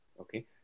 Okay